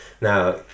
Now